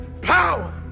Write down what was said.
power